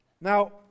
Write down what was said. now